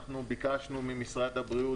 אנחנו ביקשנו ממשרד הבריאות,